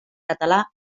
català